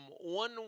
one